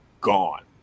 gone